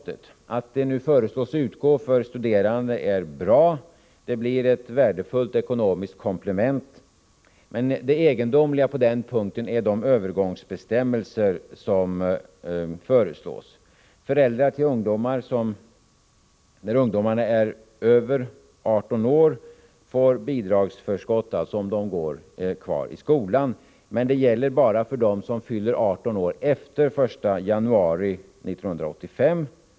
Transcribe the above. Att detnu 12 december 1984 föreslås utgå för studerande är bra; det blir ett värdefullt ekonomiskt komplement. Men det egendomliga på den punkten är de övergångsbestämmelser som föreslås. Föräldrar till ungdomar som är över 18 år får bidragsförskott om dessa går kvar i skolan, men det gäller bara för dem som fyller 18 år efter den 1 januari 1985.